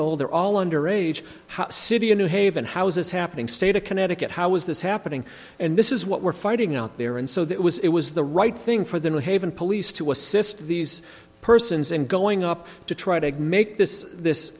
old they're all under age how city of new haven how is this happening state of connecticut how is this happening and this is what we're fighting out there and so that was it was the right thing for the new haven police to assist these persons in going up to try to make this this